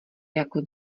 jako